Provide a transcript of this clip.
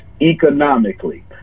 economically